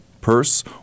purse